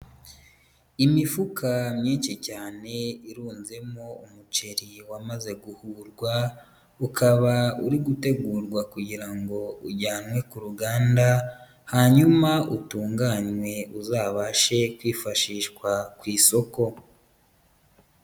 Imifuka myinshi cyane irunzemo umuceri wamaze guhurwa, ukaba uri gutegurwa kugira ngo ujyanwe ku ruganda hanyuma utunganywe uzabashe kwifashishwa ku isoko.